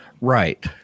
right